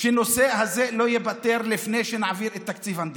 שהנושא הזה לא ייפתר לפני שנעביר את תקציב המדינה?